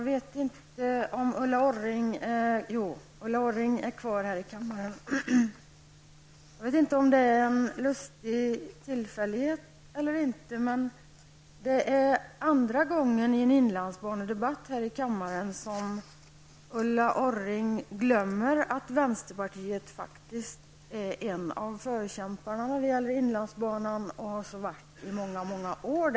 Fru talman! Jag vet inte om det är en lustig tillfällighet eller inte, men det är andra gången som Ulla Orring i en inlandsbanedebatt här i kammaren glömmer att vi i vänsterpartiet faktiskt tillhör förkämparna när det gäller inlandsbanan. Dessutom kan jag tala om att vi har varit förkämpar för denna i väldigt många år.